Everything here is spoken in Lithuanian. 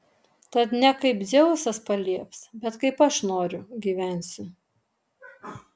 tad ne kaip dzeusas palieps bet kaip aš noriu gyvensiu